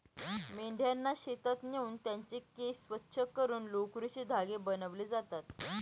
मेंढ्यांना शेतात नेऊन त्यांचे केस स्वच्छ करून लोकरीचे धागे बनविले जातात